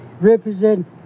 represent